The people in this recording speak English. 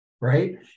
right